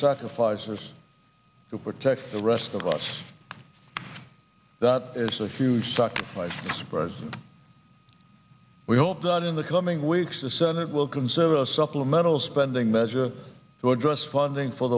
sacrifices to protect the rest of us that is a huge sacrifice for as we all turn in the coming weeks the senate will consider a supplemental spending measure to address funding for